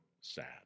sad